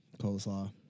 coleslaw